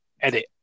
edit